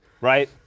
right